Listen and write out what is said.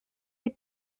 les